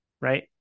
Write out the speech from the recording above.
Right